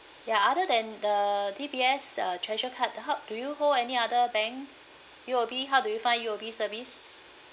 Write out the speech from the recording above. ya other than the D_B_S uh treasure card how do you hold any other bank U_O_B how do you find U_O_B service